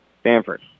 Stanford